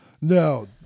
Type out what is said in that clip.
No